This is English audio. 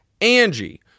Angie